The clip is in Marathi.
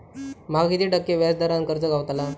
माका किती टक्के व्याज दरान कर्ज गावतला?